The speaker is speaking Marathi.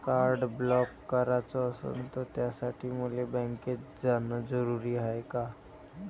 कार्ड ब्लॉक कराच असनं त त्यासाठी मले बँकेत जानं जरुरी हाय का?